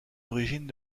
origines